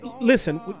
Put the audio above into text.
listen